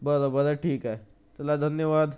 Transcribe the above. बरं बरं ठीक आहे चला धन्यवाद